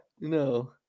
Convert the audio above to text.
No